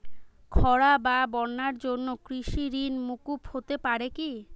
খরা বা বন্যার জন্য কৃষিঋণ মূকুপ হতে পারে কি?